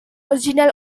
original